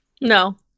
No